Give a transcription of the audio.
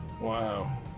Wow